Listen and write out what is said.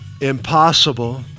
Impossible